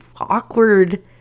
awkward